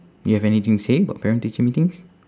you have anything to say about parent teacher meetings